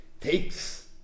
takes